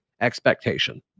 expectation